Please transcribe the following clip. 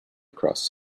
across